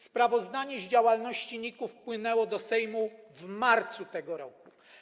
Sprawozdanie z działalności NIK-u wpłynęło do Sejmu w marcu tego roku.